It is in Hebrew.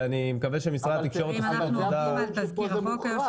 ואני מקווה שמשרד התקשורת --- אבל פה כתוב שזה מוחרג.